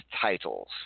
titles